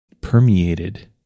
permeated